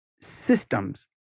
systems